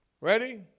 Ready